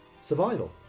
Survival